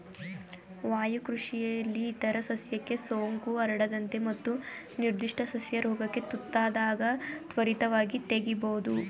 ವಾಯುಕೃಷಿಲಿ ಇತರ ಸಸ್ಯಕ್ಕೆ ಸೋಂಕು ಹರಡದಂತೆ ಮತ್ತು ನಿರ್ಧಿಷ್ಟ ಸಸ್ಯ ರೋಗಕ್ಕೆ ತುತ್ತಾದಾಗ ತ್ವರಿತವಾಗಿ ತೆಗಿಬೋದು